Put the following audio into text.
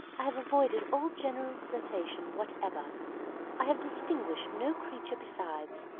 i have avoided all general flirtation whatever i have distinguished no creature besides,